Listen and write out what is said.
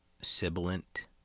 sibilant